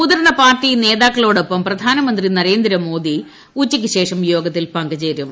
മൂതിർന്ന പാർട്ടി നേതാക്കളോടൊപ്പം പ്രധാനമന്ത്രി നരേന്ദ്രമോദ്യി ഉച്ചയ്ക്ക് ശേഷം യോഗത്തിൽ പങ്കുചേരും